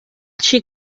xic